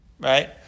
Right